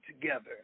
together